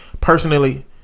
personally